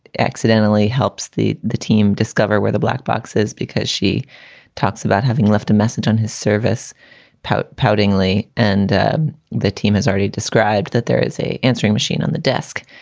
accidentally helps the the team discover where the black boxes, because she talks about having left a message on his service pout pouting lee and the team has already described that there is a answering machine on the desk.